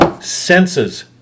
Senses